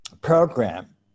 program